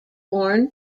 born